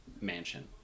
mansion